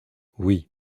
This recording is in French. oui